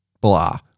Blah